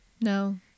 no